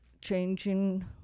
changing